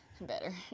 better